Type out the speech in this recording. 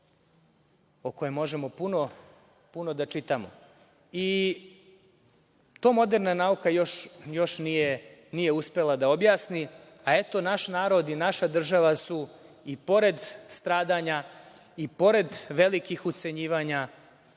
o kojem možemo puno da čitamo. To moderna nauka još nije uspela da objasni, a naš narod i naša država su i pored stradanja i pored velikih ucenjivanja